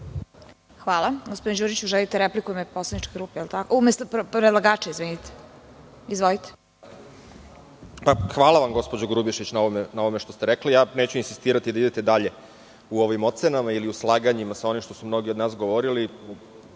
Hvala. Gospodine Đuriću, želite repliku umesto predlagača. Izvolite. **Bojan Đurić** Hvala vam, gospođo Grubješić, na ovome što ste rekli. Neću insistirati da idete dalje u ovim ocenama, ili u slaganjima sa onim što su mnogi od nas govorili.